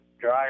dry